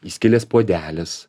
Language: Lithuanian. įskilęs puodelis